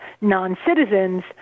non-citizens